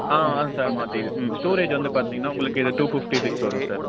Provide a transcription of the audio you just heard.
ஆ ஆ சார் மாற்றி இது ம் ஸ்டோரேஜ் வந்து பார்த்தீங்கன்னா உங்களுக்கு இது டு ஃபிஃப்ட்டி சிக்ஸ் வரும் சார்